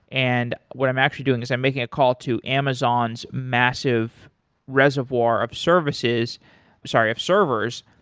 and what i'm actually doing is i'm making a call to amazon's massive reservoir of services sorry, of servers,